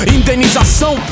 Indenização